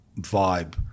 vibe